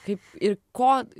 kaip ir ko